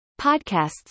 podcasts